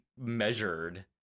measured